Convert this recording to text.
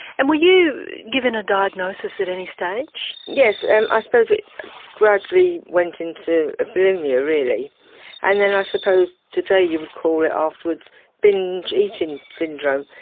and were you given a diagnosis at any stage? yes, and i suppose it gradually went into bulimia really and then i suppose today you would call it afterwards binge eating syndrome.